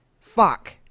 fuck